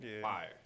fire